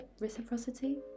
reciprocity